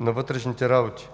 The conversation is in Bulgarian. вътрешните работи